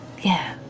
yeah,